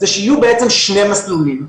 הוא שיהיו שני מסלולים,